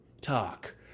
talk